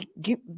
give